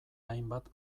hainbat